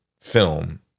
film